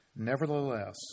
Nevertheless